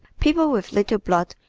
people with little blood,